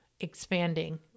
expanding